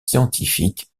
scientifiques